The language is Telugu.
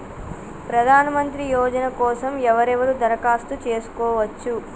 ప్రధానమంత్రి యోజన కోసం ఎవరెవరు దరఖాస్తు చేసుకోవచ్చు?